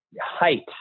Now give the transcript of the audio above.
height